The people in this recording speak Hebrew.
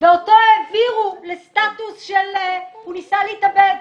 ואת הרוצח העבירו לסטאטוס של "הוא ניסה להתאבד".